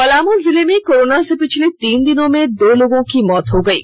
पलामू जिले में कोरोना से पिछले तीन दिनों में दो लोगों की मौत हो गयी